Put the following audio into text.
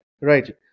Right